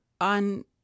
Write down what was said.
on